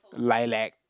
Lilac